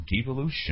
Devolution